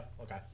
okay